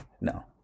No